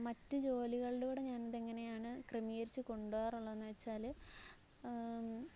മറ്റു ജോലികളുടെ കൂടെ ഞാനിതെങ്ങനെയാണ് ക്രമീകരിച്ച് കൊണ്ടുപോകാറുള്ളതെന്നുവച്ചാല്